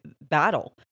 battle